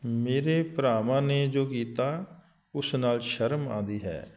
ਮੇਰੇ ਭਰਾਵਾਂ ਨੇ ਜੋ ਕੀਤਾ ਉਸ ਨਾਲ ਸ਼ਰਮ ਆਉਂਦੀ ਹੈ